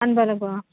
আনব' লাগব'